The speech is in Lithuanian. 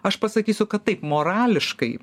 aš pasakysiu kad taip morališkai